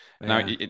Now